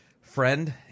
friend